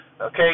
okay